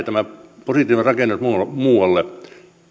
tämä positiivinen rakennemuutos laajenee muualle